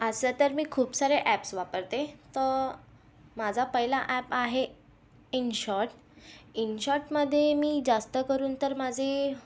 असे तर मी खूप सारे ॲप्स वापरते तर माझा पहिला ॲप आहे इनशॉट इनशॉटमध्ये मी जास्तकरून तर माझे